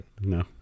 No